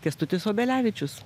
kęstutis obelevičius